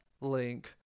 link